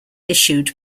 issued